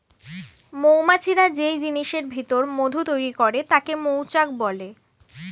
মৌমাছিরা যেই জিনিসের ভিতর মধু তৈরি করে তাকে মৌচাক বলে